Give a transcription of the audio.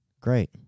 Great